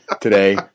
today